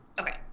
Okay